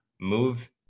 move